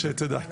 שתדע.